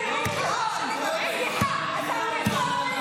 אני אזרחית עם זכויות, את לא בעלת הבית.